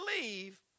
believe